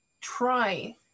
try